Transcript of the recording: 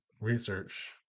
research